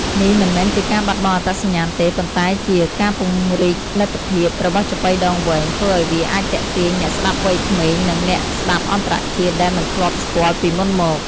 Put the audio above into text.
នេះមិនមែនជាការបាត់បង់អត្តសញ្ញាណទេ ប៉ុន្តែជា ការពង្រីកលទ្ធភាព របស់ចាប៉ីដងវែង ធ្វើឱ្យវាអាចទាក់ទាញអ្នកស្តាប់វ័យក្មេង និងអ្នកស្តាប់អន្តរជាតិដែលមិនធ្លាប់ស្គាល់ពីមុនមក។